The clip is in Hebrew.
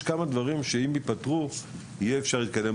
כמה דברים שאם ייפתרו יהיה אפשר להתקדם.